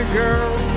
girl